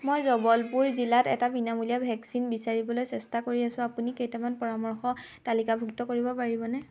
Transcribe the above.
মই জবলপুৰ জিলাত এটা বিনামূলীয়া ভেকচিন বিচাৰিবলৈ চেষ্টা কৰি আছোঁ আপুনি কেইটামান পৰামৰ্শ তালিকাভুক্ত কৰিব পাৰিবনে